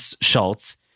Schultz